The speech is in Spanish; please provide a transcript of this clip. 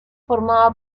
formaba